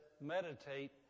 meditate